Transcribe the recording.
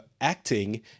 acting